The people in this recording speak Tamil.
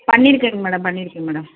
பண்ணிருக்கேங்க மேடம் பண்ணிருக்கேங்க மேடம்